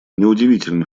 неудивительно